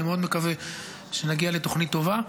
אני מאוד מקווה שנגיע לתוכנית טובה.